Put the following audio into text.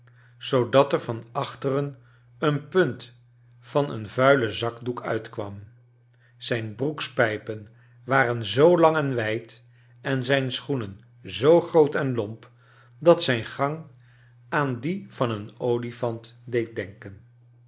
zoodat er van achteren een punt van een vuilen zakdoek uitkwam zijn broekspij pen waren zoo lang en wij d en zijn schoenen zoo groot en lomp dat zijn gang aan dien van een olifant deed denken